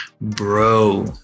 bro